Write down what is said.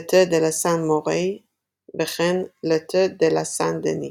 l'été de la Saint-Michel וכן l’été de la Saint-Denis.